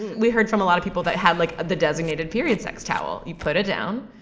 we heard from a lot of people that have like the designated period sex towel. you put it down,